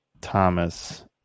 Thomas